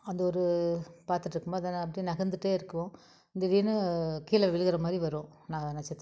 அந்த ஒரு பார்த்துட்ருக்கும்போது அது அப்படே நகர்ந்துட்டே இருக்கும் திடீர்ன்னு கீழே விழுகுறமாரி வரும் ந நட்சத்திரம்